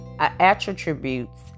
attributes